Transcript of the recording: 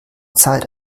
zeit